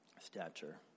stature